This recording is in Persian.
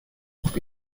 گفت